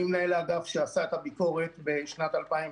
אני מנהל האגף שעשה את הביקורת בשנת 2015